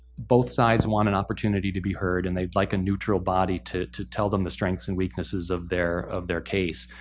both sides want an opportunity to be heard, and they'd like a neutral body to to tell them the strengths and weakness of their of their case.